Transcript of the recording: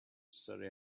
surrey